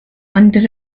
under